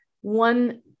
one